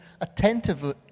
attentively